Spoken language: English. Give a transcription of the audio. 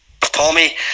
Tommy